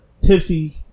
Tipsy